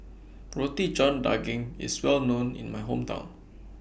Roti John Daging IS Well known in My Hometown